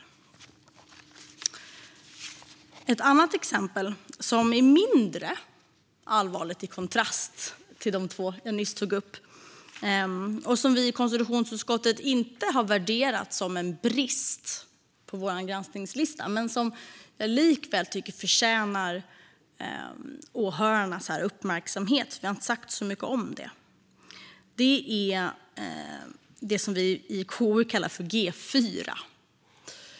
Gransknings-betänkandeStatsråds tjänsteutöv-ning: uttalanden Ett annat exempel är mindre allvarligt i kontrast till de två jag nyss tog upp. Vi i konstitutionsutskottet har inte värderat det som en brist i vår granskningslista men det förtjänar likväl åhörarnas uppmärksamhet. Det är det som vi i KU kallar för G4.